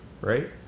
Right